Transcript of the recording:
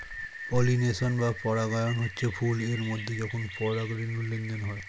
pollination বা পরাগায়ন হচ্ছে ফুল এর মধ্যে যখন পরাগ রেণুর লেনদেন হয়